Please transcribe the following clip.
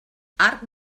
arc